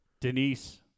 Denise